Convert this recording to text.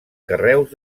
carreus